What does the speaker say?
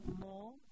more